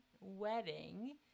wedding